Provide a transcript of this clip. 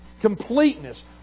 Completeness